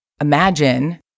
Imagine